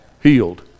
healed